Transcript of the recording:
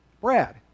Brad